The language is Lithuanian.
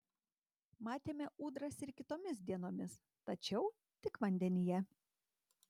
matėme ūdras ir kitomis dienomis tačiau tik vandenyje